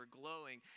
glowing